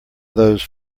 those